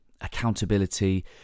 accountability